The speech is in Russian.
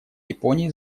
японии